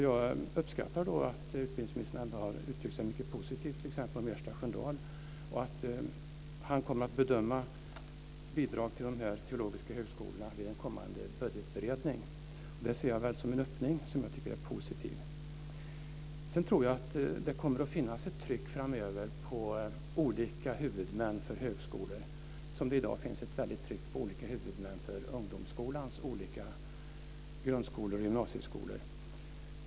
Jag uppskattar då att utbildningsministern ändå har uttryckt sig positivt om t.ex. Ersta Sköndal. Han kommer att bedöma bidragen till de teologiska högskolorna vid en kommande budgetberedning. Det ser jag som en positiv öppning. Det kommer att finnas ett tryck framöver på olika huvudmän för högskolor, som det i dag finns ett tryck på olika huvudmän för ungdomsskolans olika grundskolor och gymnasieskolor.